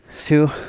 two